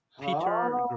Peter